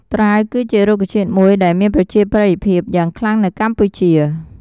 ត្រាវគឺជារុក្ខជាតិមួយដែលមានប្រជាប្រិយភាពយ៉ាងខ្លាំងនៅកម្ពុជា។